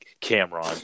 Cameron